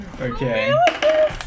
Okay